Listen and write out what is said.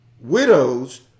widows